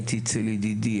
הייתי אצל ידידי,